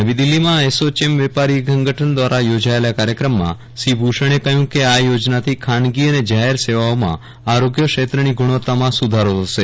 નવી દિલ્હીમાં એસોચેમ વેપારી સંગઠન દ્વારા યોજાયેલા કાર્યક્રમમાં શ્રી ભૂષણે કહ્યું કે આ યોજનાથી ખાનગી અને જાહેર સેવાઓમાં આરોગ્ય ક્ષેત્રની ગુણવત્તામાં સુધારો થશે